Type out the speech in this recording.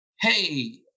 hey